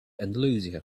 andalusia